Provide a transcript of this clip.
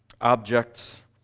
objects